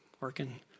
working